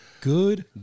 Good